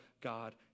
God